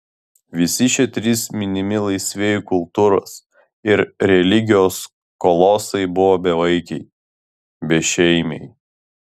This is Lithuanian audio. visi šie trys minimi laisvieji kultūros ir religijos kolosai buvo bevaikiai bešeimiai